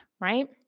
right